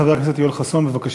חבר הכנסת יואל חסון, בבקשה.